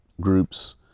groups